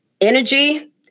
energy